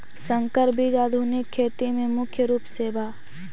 संकर बीज आधुनिक खेती में मुख्य रूप से बा